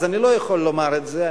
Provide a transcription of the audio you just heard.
אז אני לא יכול לומר את זה.